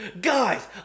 Guys